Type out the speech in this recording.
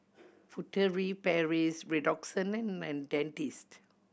Furtere Paris Redoxon and Dentiste